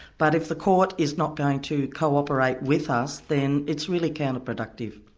but if the court is not going to co-operate with us, then it's really counter-productive.